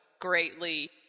greatly